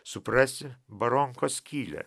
suprasi baronkos skylę